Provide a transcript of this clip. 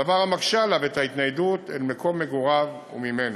דבר המקשה עליו את ההתניידות אל מקום מגוריו וממנו.